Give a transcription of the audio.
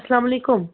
السلامُ علیکُم